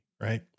right